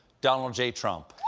donald j. trump.